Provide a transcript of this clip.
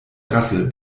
rassel